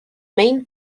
main